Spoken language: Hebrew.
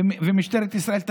ומשטרת ישראל יודעת,